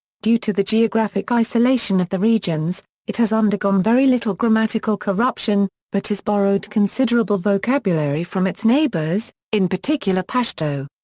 due to the geographic isolation of the regions, it has undergone very little grammatical corruption, but has borrowed considerable vocabulary from its neighbours, in particular pashto.